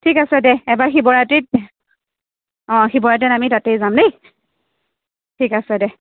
ঠিক আছে দে এইবাৰ শিৱৰাত্ৰিত অঁ শিৱৰাত্ৰিত আমি তাতেই যাম দেই ঠিক আছে দে